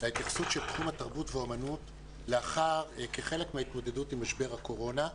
להתייחסות של תחום התרבות והאומנות כחלק מההתמודדות עם משבר הקורונה.